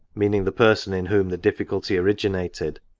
meaning the person in whom the difficulty originated,